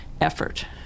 effort